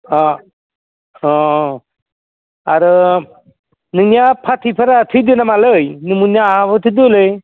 अ औ आरो नोंनिया फाथैफोरा थैदों नामालै नोंनिया आंहाबोथ' थैदोंलै